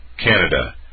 Canada